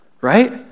right